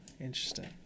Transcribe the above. Interesting